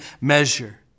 measure